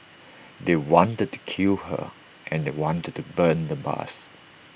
they wanted to kill her and they wanted to burn the bus